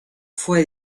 fue